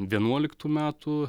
vienuoliktų metų